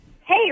Hey